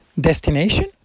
destination